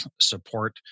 support